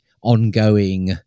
ongoing